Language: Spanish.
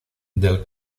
del